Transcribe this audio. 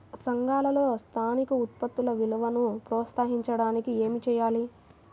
సంఘాలలో స్థానిక ఉత్పత్తుల విలువను ప్రోత్సహించడానికి ఏమి చేయాలి?